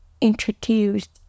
introduced